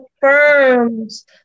firms